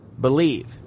believe